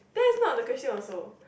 that's not the question also